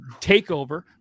takeover